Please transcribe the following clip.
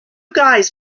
guys